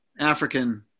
African